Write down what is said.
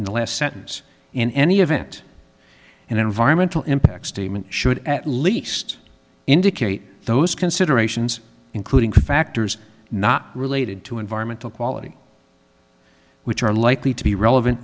the last sentence in any event and environmental impact statement should at least indicate those considerations including factors not related to environmental quality which are likely to be relevant